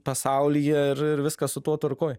pasaulyje ir ir viskas su tuo tvarkoj